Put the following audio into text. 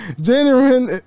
Genuine